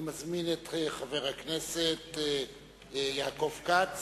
אני מזמין את חבר הכנסת יעקב כץ